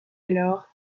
alors